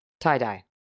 Tie-dye